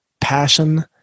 passion